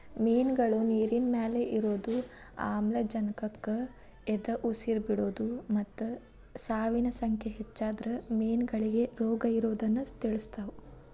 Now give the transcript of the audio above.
ಮಿನ್ಗಳು ನೇರಿನಮ್ಯಾಲೆ ಇರೋದು, ಆಮ್ಲಜನಕಕ್ಕ ಎದಉಸಿರ್ ಬಿಡೋದು ಮತ್ತ ಸಾವಿನ ಸಂಖ್ಯೆ ಹೆಚ್ಚಾದ್ರ ಮೇನಗಳಿಗೆ ರೋಗಇರೋದನ್ನ ತಿಳಸ್ತಾವ